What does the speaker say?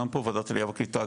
גם פה בוועדת העלייה והקליטה,